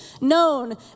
known